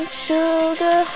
sugar